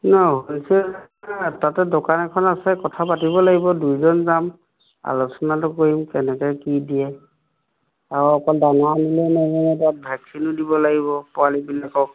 ন হ'লচেল তাতে দোকান এখন আছে কথা পাতিব লাগিব দুইজন যাম আলোচনাটো কৰিম কেনেকে কি দিয়ে আৰু অকল দানা নিলে নহ'ব তাত ভেকচিনো দিব লাগিব পোৱালিবিলাকক